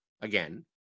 again